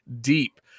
deep